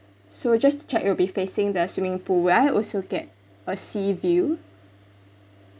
so just to check it'll be facing the swimming pool will I also get a sea view